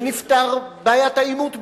ונפתרה בעיית העימות בכלל.